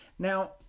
Now